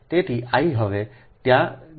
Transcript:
તેથી I હવે ત્યાં નહીં હોઈશ